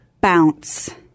Bounce